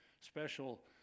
special